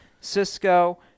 Cisco